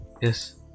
yes